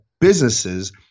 businesses